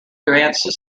advanced